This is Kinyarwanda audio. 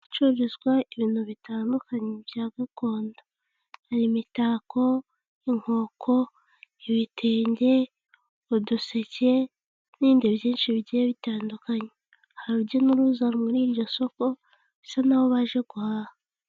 Ahacururizwa ibintu bitandukanye bya gakondo hari imitako, inkoko, ibitenge uduseke n'ibindi byinshi bigiye bitandukanye, hari urujya n'uruza muri iryo soko bisa nk'aho baje guhaha.